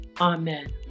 Amen